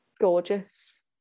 gorgeous